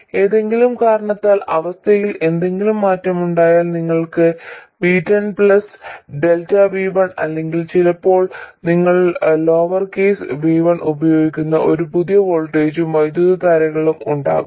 ഏതെങ്കിലും കാരണത്താൽ അവസ്ഥയിൽ എന്തെങ്കിലും മാറ്റമുണ്ടായാൽ നിങ്ങൾക്ക് V10 Δ V1 അല്ലെങ്കിൽ ചിലപ്പോൾ നിങ്ങൾ ലോവർ കേസ് v1 ഉപയോഗിക്കുന്ന ഒരു പുതിയ വോൾട്ടേജുകളും വൈദ്യുതധാരകളും ഉണ്ടാകും